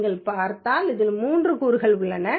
நீங்கள் பார்த்தால் இதில் 3 கூறுகள் உள்ளன